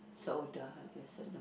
is older I guess at the~